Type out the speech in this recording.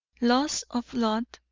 loss of blood,